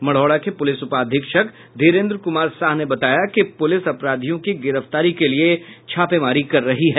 मढ़ौरा के पुलिस उपाधीक्षक धीरेंद्र कुमार साह ने बताया कि पुलिस अपराधियों की गिरफ्तारी के लिए छापेमारी कर रही है